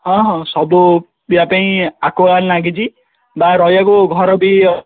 ହଁ ହଁ ସବୁ ପିଇବା ପାଇଁ ଆକ୍ୱାଗାଡ଼୍ ଲାଗିଛି ବା ରହିବାକୁ ଘର ବି ଅ